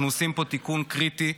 אנחנו עושים פה תיקון קריטי.